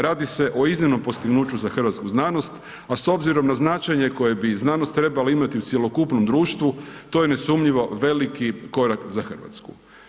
Radi se o iznimnom postignuću za hrvatsku znanost a s obzirom na značenje koje bi znanost trebala imati u cjelokupnom društvu, to je nesumnjivo veliki korak za Hrvatsku.